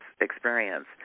experience